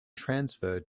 transferred